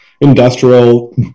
industrial